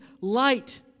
light